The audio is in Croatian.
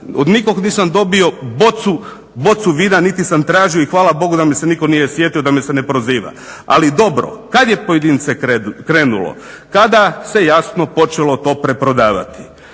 od nikog nisam dobio bocu vina niti sam tražio i hvala Bogu da me se nitko nije sjetio da me se ne proziva. Ali, dobro. Kad je pojedince krenulo? Kada se jasno počelo to preprodavati.